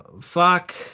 fuck